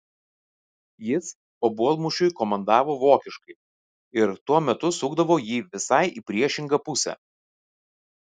jis obuolmušiui komandavo vokiškai ir tuo metu sukdavo jį visai į priešingą pusę